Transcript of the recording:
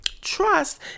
Trust